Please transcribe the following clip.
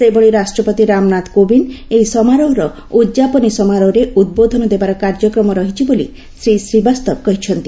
ସେହିଭଳି ରାଷ୍ଟ୍ରପତି ରାମନାଥ କୋବିନ୍ଦ ଏହି ସମାରୋହର ଉଦ୍ଯାପନୀ ସମାରୋହରେ ଉଦ୍ବୋଧନ ଦେବାର କାର୍ଯ୍ୟକ୍ରମ ରହିଛି ବୋଲି ଶୀ ଶୀବାସ୍ତବ କହିଛନ୍ତି